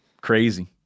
Crazy